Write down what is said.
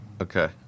Okay